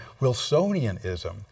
Wilsonianism